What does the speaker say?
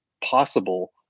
possible